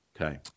Okay